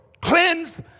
Cleanse